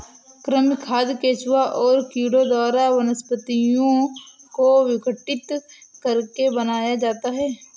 कृमि खाद केंचुआ और कीड़ों द्वारा वनस्पतियों को विघटित करके बनाया जाता है